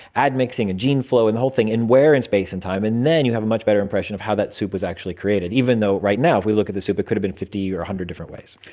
add mixing and gene flow and the whole thing, and where in space and time, and then you have a much better impression of how that soup was actually created, even though right now if we look at the soup it could have been fifty or one hundred different ways.